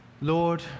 Lord